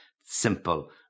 simple